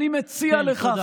אני מציע לך, תודה.